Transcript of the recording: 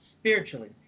spiritually